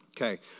Okay